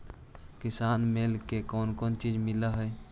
किसान मेला मे कोन कोन चिज मिलै है?